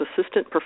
Assistant